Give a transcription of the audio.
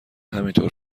همینطور